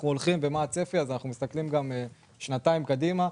הגידול שצפוי להיות שנתיים קדימה,